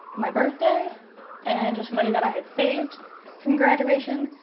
my birthday and just money that i had saved from graduation.